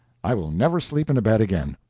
i will never sleep in a bed again.